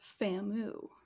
FAMU